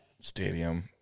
Stadium